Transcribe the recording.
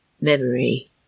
Memory